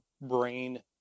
brain